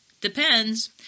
depends